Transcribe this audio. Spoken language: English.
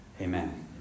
Amen